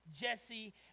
Jesse